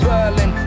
Berlin